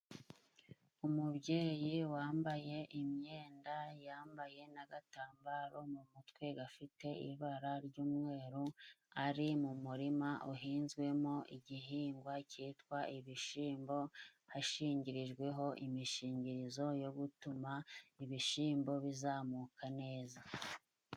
Umubyeyi wambaye imyenda, yambaye n'agatambaro mu mutwe gafite ibara ry'umweru, ari mu murima uhinzwemo igihingwa cyitwa ibishyimbo hashingirijweho imishingirizo yo gutuma ibishyimbo bizamuka neza.